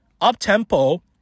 up-tempo